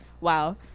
wow